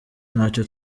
ntacyo